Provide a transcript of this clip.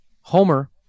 Homer